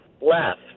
left